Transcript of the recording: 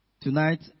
tonight